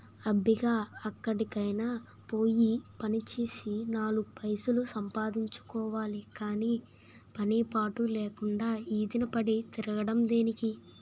అబ్బిగా ఎక్కడికైనా పోయి పనిచేసి నాలుగు పైసలు సంపాదించుకోవాలి గాని పని పాటు లేకుండా ఈదిన పడి తిరగడం దేనికి?